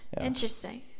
Interesting